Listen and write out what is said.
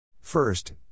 First